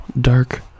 dark